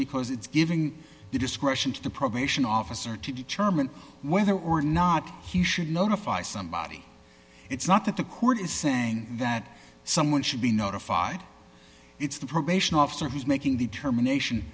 because it's giving the discretion to the probation officer to determine whether or not he should notify somebody it's not that the court is saying that someone should be notified it's the probation officer who's making the determination